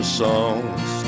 songs